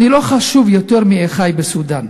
אני לא חשוב יותר מאחי בסודאן,